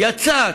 יצא,